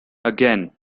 again